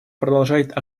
продолжает